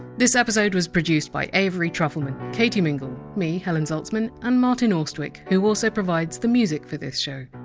this episode was produced by avery trufelman, katie mingle, me, helen zaltzman, and martin austwick, who also provides the music for this show.